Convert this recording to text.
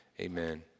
amen